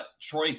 troy